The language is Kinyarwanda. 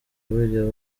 burya